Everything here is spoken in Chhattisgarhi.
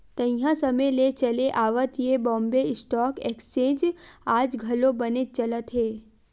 तइहा समे ले चले आवत ये बॉम्बे स्टॉक एक्सचेंज आज घलो बनेच चलत हे